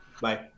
Bye